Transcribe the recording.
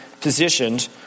positioned